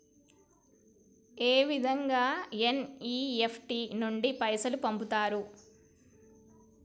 ఏ విధంగా ఎన్.ఇ.ఎఫ్.టి నుండి పైసలు పంపుతరు?